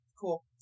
cool